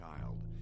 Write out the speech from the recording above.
child